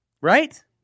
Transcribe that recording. right